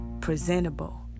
presentable